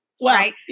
Right